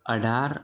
અઢાર